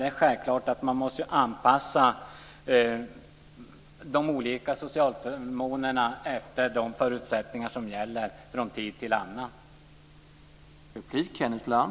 Det är självklart att man måste anpassa de olika sociala förmånerna efter de förutsättningar som gäller från tid till annan.